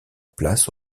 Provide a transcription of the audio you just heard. place